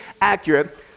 accurate